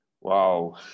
wow